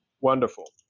Wonderful